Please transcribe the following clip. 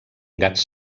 gats